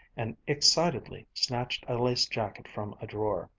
and excitedly snatched a lace jacket from a drawer.